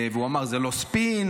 והוא אמר: זה לא ספין,